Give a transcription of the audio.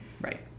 Right